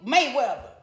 Mayweather